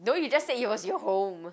no you just said it was your home